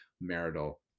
marital